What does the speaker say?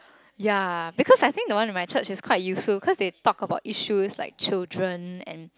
ya because I think the one in my church is quite useful cause they talk about issues like children and